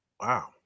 wow